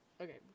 Okay